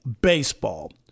Baseball